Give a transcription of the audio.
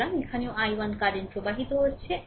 সুতরাং এখানেও i1 current প্রবাহিত হচ্ছে